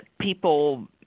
people